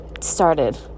started